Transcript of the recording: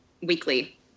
weekly